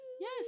Yes